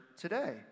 today